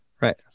Right